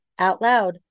OUTLOUD